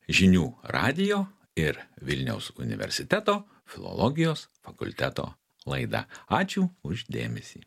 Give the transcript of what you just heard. žinių radijo ir vilniaus universiteto filologijos fakulteto laida ačiū už dėmesį